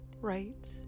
right